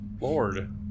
Lord